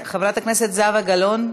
חברת הכנסת זהבה גלאון?